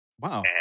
Wow